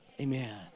Amen